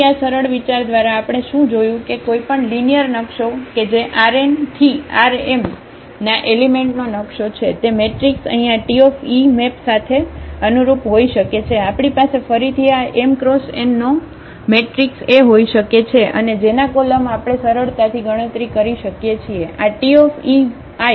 તેથી આ સરળ વિચાર દ્વારા આપણે શું જોયું છે કે કોઈપણ લિનિયર નકશો કે જે RnRm ના એલિમેન્ટનો નકશો છે તે મેટ્રિક્સ અહીં આTe મેપ સાથે અનુરૂપ હોઈ શકે છે આપણી પાસે ફરીથી આ એમ ક્રોસ એનનો મેટ્રિક્સ A હોઈ શકે છે અને જેના કોલમ આપણે સરળતાથી ગણતરી કરી શકીએ છીએ